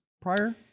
prior